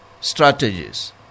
strategies